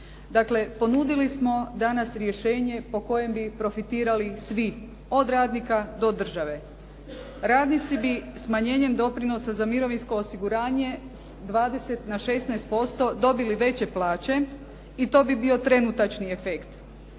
Dakle, ponudili smo danas rješenje po kojem bi profitirali svi, od radnika do države. Radnici bi smanjenjem doprinosa za mirovinsko osiguranje s 20 na 16% dobili veće plaće i to bi bio trenutačni efekt.